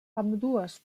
ambdues